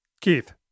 Keith